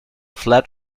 flat